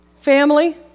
Family